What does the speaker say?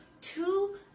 two